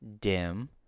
dim